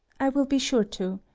i will be sure to.